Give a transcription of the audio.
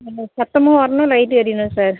சத்தமும் வரணும் லைட்டும் எரியணும் சார்